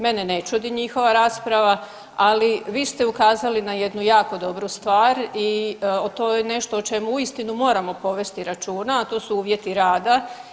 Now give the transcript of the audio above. Mene ne čudi njihova rasprava, ali vi ste ukazali na jednu jako dobru stvar i to je nešto o čemu uistinu moramo povesti računa, a to su uvjeti rada.